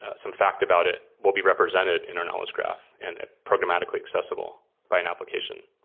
some fact about it, will be represented in our knowledge graph and programmatically accessible by an application